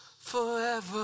forever